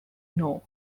know